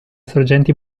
sorgenti